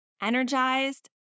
energized